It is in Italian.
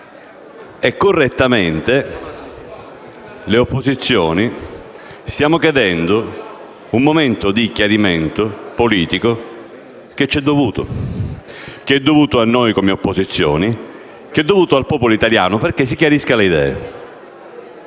Correttamente le opposizioni stanno chiedendo un momento di chiarimento politico che ci è dovuto: è dovuto a noi come opposizioni ed è dovuto al popolo italiano perché si chiarisca le idee.